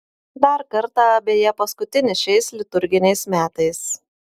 dar kartą beje paskutinį šiais liturginiais metais